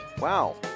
wow